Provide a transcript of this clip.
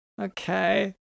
Okay